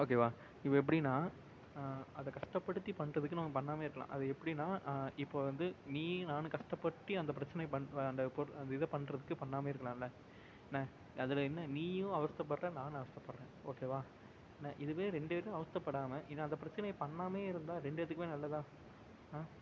ஓகேவா இப்போ எப்படின்னா அதைக் கஷ்டப்படுத்தி பண்ணுறதுக்கு நம்ம பண்ணாமையே இருக்கலாம் அது எப்படின்னா இப்போது வந்து நீ நான்னு கஷ்டப்பட்டு அந்தப் பிரச்சினையப் பண்ணுற அந்த இதைப் பண்ணுறத்துக்கு பண்ணாமையே இருக்கலாமில்ல என்ன அதில் என்ன நீயும் அவஸ்த்தப்படுற நானும் அவஸ்த்தப்படுறேன் ஓகேவா என்ன இதுவே ரெண்டுப் பேரும் அவஸ்த்தப்படாமல் இது அந்தப் பிரச்சினைய பண்ணாமையே இருந்தால் ரெண்டு பேர்த்துக்குமே நல்லதுதா ஆ